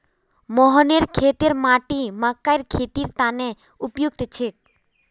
मोहनेर खेतेर माटी मकइर खेतीर तने उपयुक्त छेक